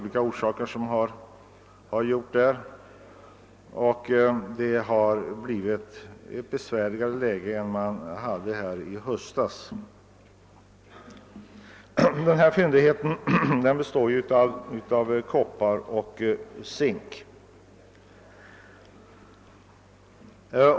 Läget är besvärligare nu än det var i höstas. Fyndigheten i Stekenjokk består av koppar och zink.